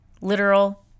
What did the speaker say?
literal